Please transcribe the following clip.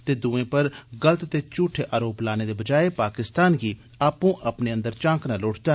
ते दुए पर गलत ते झूठे अरोप लाने दे बजाए पाकिस्तान गी आपूं अपने अंदर झांकना लोड़चदा